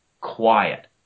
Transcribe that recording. quiet